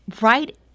right